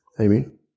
amen